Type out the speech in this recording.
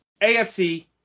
AFC